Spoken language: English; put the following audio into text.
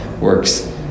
works